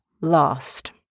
lost